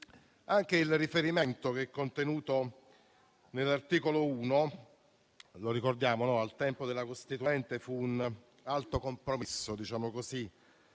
Anche il riferimento contenuto nell'articolo 1, che - ricordiamolo - al tempo della Costituente fu un alto compromesso, diciamo così,